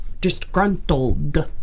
disgruntled